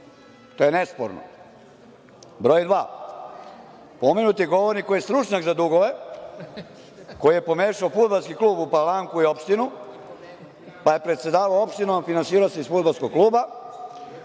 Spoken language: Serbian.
to je nesporno. Broj dva, pomenuti govornik, koji je stručnjak za dugove, koji je pomešao fudbalski klub u palanku i opštinu, pa je predsedavao opštinom, a finansirao se iz fudbalskog kluba,